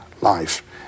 life